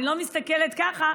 אני לא מסתכלת ככה,